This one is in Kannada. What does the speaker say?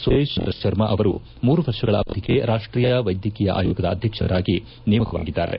ಸುರೇಶ್ ಚಂದ್ರ ತರ್ಮ ಅವರು ಮೂರು ವರ್ಷಗಳ ಅವಧಿಗೆ ರಾಷ್ಷೀಯ ವೈದ್ಯಕೀಯ ಆಯೋಗದ ಅಧ್ಯಕ್ಷರಾಗಿ ನೇಮಕವಾಗಿದ್ದಾರೆ